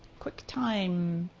quicktime.